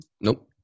Nope